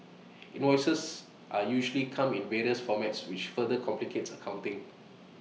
invoices are usually come in various formats which further complicates accounting